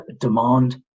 demand